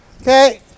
Okay